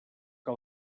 que